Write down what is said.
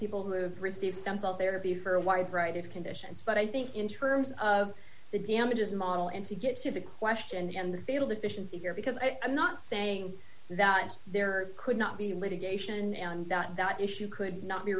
people who have received stem cell therapy for a wide variety of conditions but i think in terms of the damages model and to get to the question and the fatal deficiency here because i'm not saying that there are could not be litigation and that that issue could not be